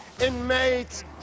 Inmates